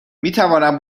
میتوانم